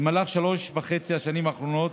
במהלך שלוש וחצי השנים האחרונות